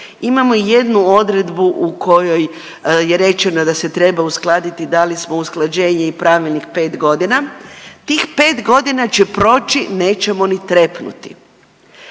Imamo jednu odredbu u kojoj je rečeno da se treba uskladiti, dali smo usklađenje i pravilnik 5 godina. Tih 5 godina će proći, nećemo ni trepnuti.